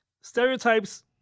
Stereotypes